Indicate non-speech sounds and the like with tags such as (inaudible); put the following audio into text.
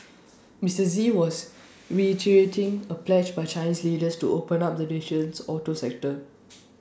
(noise) Mister Xi was reiterating A pledge by Chinese leaders to open up the nation's auto sector (noise)